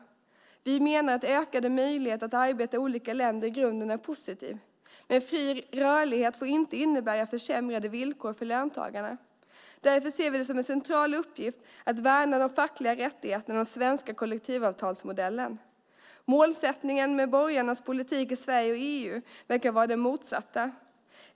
Vi menar att ökade möjligheter att arbeta i olika länder i grunden är positivt. Fri rörlighet får dock inte innebära försämrade villkor för löntagarna. Därför ser vi det som en central uppgift att värna de fackliga rättigheterna och den svenska kollektivavtalsmodellen. Målsättningen med borgarnas politik i Sverige och EU verkar vara den motsatta.